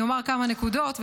אני אומר כמה נקודות,